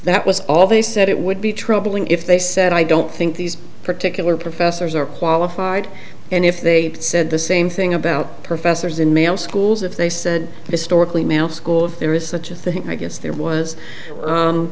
that was all they said it would be troubling if they said i don't think these particular professors are qualified and if they said the same thing about professors in male schools if they said historically male school of there is such a thing i guess there was